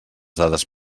dades